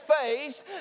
face